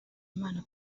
imana